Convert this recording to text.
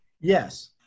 Yes